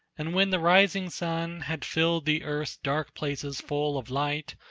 and when the rising sun had filled the earth's dark places full of light,